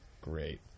great